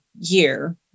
year